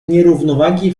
nierównowagi